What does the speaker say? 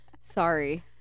sorry